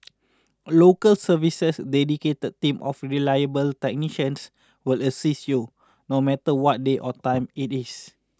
local service's dedicated team of reliable technicians will assist you no matter what day or time it is